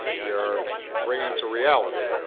we are bringing to reality